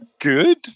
good